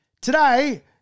Today